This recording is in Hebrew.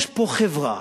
יש פה חברה